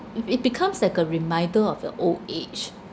it it becomes like a reminder of your old age